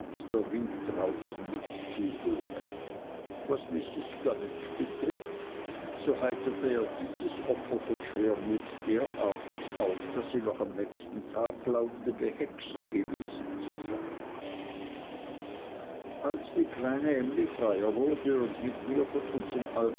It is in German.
draußen mitzuhöre was mrs gummidge betrifft so heiterte er dieses opfer von schwermut derartig auf daß sie noch am nächsten tag glaubte behext gewesen zu sein als die kleine emly freier wurde und mit mir von unsern alten